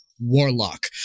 Warlock